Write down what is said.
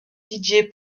didier